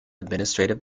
administrative